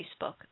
Facebook